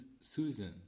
Susan